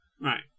Right